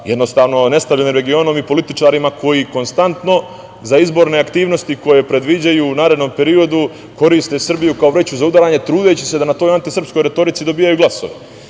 posla sa nestabilnim regionom i političarima koji konstantno za izborne aktivnosti, koje predviđaju u narednom periodu, koriste Srbiju kao vreću za udaranje, trudeći se da na toj antisrpskoj retorici dobijaju glasove.Zašto